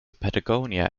patagonia